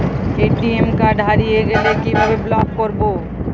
ATM card হারিয়ে গেলে কিভাবে ব্লক করবো?